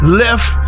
left